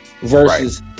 versus